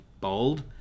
bold